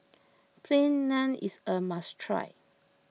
Plain Naan is a must try